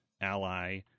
ally